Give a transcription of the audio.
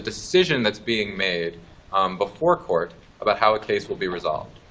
decision that's being made um before court about how a case will be resolved.